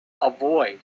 avoid